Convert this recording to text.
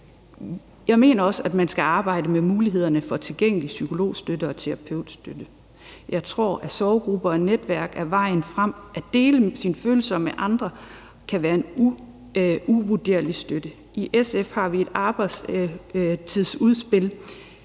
Jeg mener også, at man skal arbejde med mulighederne for tilgængelig psykologstøtte og terapeutstøtte. Jeg tror, at sorggrupper og netværk er vejen frem. At dele sine følelser med andre kan være en uvurderlig støtte. I SF har vi et arbejdstidsudspil: